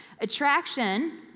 Attraction